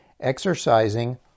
exercising